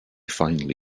finally